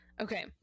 okay